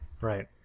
right